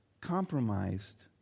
compromised